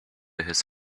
his